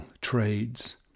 trades